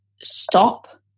stop